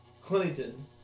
Clinton